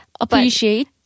Appreciate